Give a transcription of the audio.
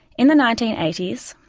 in the nineteen eighty s,